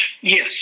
yes